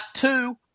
two